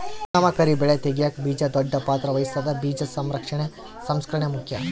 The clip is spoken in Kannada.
ಪರಿಣಾಮಕಾರಿ ಬೆಳೆ ತೆಗ್ಯಾಕ ಬೀಜ ದೊಡ್ಡ ಪಾತ್ರ ವಹಿಸ್ತದ ಬೀಜ ಸಂರಕ್ಷಣೆ ಸಂಸ್ಕರಣೆ ಮುಖ್ಯ